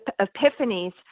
epiphanies